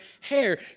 hair